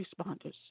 responders